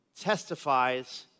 testifies